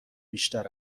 بیشتر